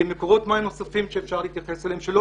מקורות מים נוספים שאפשר להתייחס אליהם שלא